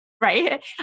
right